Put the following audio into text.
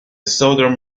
southern